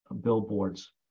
billboards